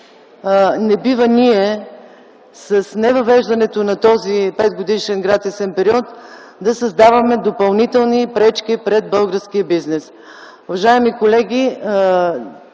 не бива с невъвеждането на този петгодишен гратисен период да създаваме допълнителни пречки пред българския бизнес. Уважаеми колеги,